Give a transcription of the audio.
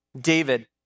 David